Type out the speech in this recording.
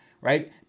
right